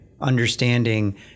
understanding